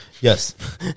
Yes